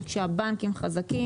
כי כשהבנקים חזקים,